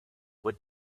what